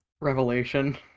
revelation